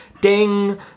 Ding